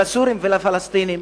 לסורים ולפלסטינים